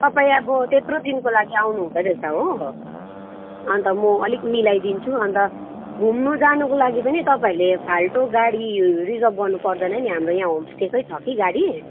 तपाईँ अब त्यत्रो दिनको लागि आउनुहुँदै रहेछ हो अन्त म अलिक मिलाइदिन्छु अन्त घुम्नु जानुको लागि पनि तपाईँहरूले फाल्टु गाडी रिजर्भ गर्नुपर्दैन नि अनि हाम्रो यहाँ होमस्टेकै छ कि गाडी